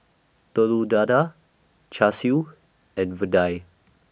Telur Dadah Char Siu and Vadai